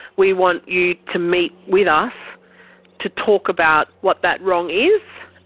we want you to meet with us to talk about what that wrong is,